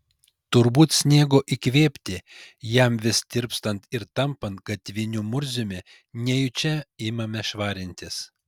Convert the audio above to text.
turbūt sniego įkvėpti jam vis tirpstant ir tampant gatviniu murziumi nejučia imame švarintis